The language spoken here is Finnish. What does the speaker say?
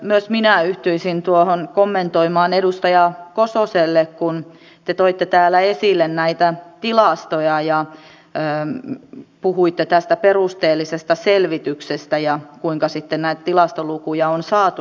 myös minä yhtyisin tuohon kommentoimaan edustaja kososelle kun te toitte täällä esille näitä tilastoja ja puhuitte tästä perusteellisesta selvityksestä ja kuinka sitten näitä tilastolukuja on saatu